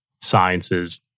sciences